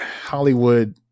Hollywood